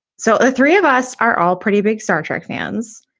so the three of us are all pretty big star trek fans.